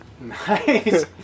Nice